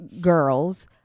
girls